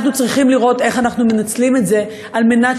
אנחנו צריכים לראות איך אנחנו מנצלים את זה על מנת